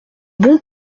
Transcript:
bons